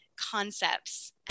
concepts